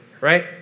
right